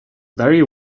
very